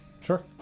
Sure